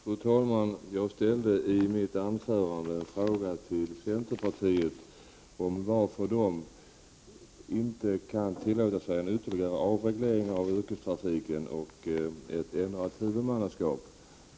Fru talman! Jag ställde i mitt anförande en fråga till centerpartiet om varför man inte kan tillåta en ytterligare avreglering av yrkestrafiken och ett ändrat huvudmannaskap.